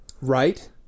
Right